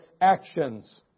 actions